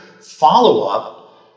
follow-up